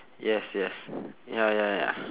yes yes ya ya ya